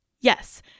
Yes